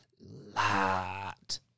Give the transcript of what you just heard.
lot